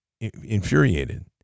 infuriated